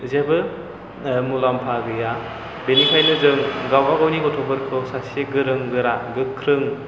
जेबो मुलाम्फा गैया बेनिखायनो जों गावबागावनि गथ'फोरखौ सासे गोरों गोरा गोख्रों